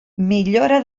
millora